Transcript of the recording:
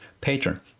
patron